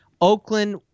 Oakland